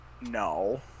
No